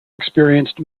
experienced